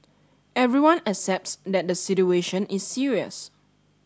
everyone accepts that the situation is serious